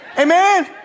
Amen